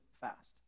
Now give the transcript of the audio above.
fast